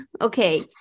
Okay